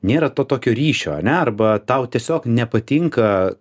nėra to tokio ryšio ar ne arba tau tiesiog nepatinka